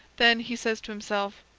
then he says to himself,